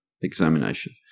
examination